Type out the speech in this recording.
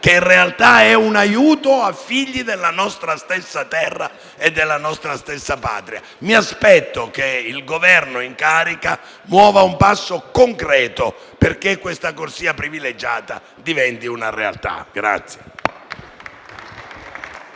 che in realtà è un aiuto a figli della nostra stessa terra e della nostra stessa Patria. Mi aspetto che il Governo in carica muova un passo concreto perché questa corsia privilegiata diventi una realtà.